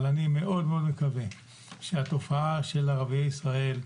אבל אני מאוד מאוד מקווה שהתופעה של ערביי ישראל,